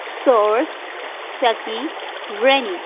source स्टकी rainy